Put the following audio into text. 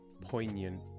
poignant